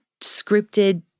scripted